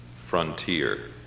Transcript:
frontier